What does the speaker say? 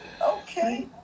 okay